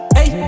Hey